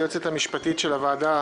היועצת המשפטית של הוועדה